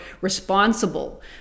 responsible